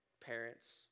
parents